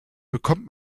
bekommt